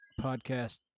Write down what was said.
podcast